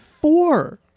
four